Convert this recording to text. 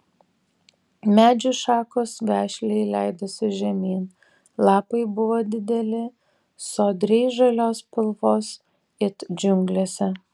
medžių šakos vešliai leidosi žemyn lapai buvo dideli sodriai žalios spalvos it džiunglėse